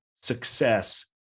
success